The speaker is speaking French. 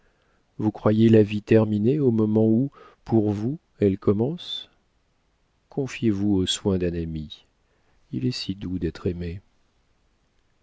vous croyez la vie terminée au moment où pour vous elle commence confiez-vous aux soins d'un ami il est si doux d'être aimé